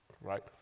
right